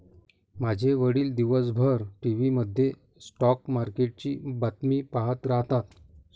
माझे वडील दिवसभर टीव्ही मध्ये स्टॉक मार्केटची बातमी पाहत राहतात